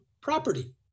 property